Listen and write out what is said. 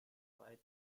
required